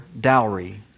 dowry